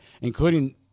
including